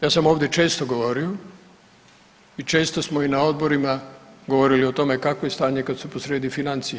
Ja sam ovdje često govorio i često smo i na odborima govorili o tome kakvo je stanje kada su posrijedi financije.